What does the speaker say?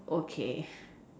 okay